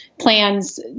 plans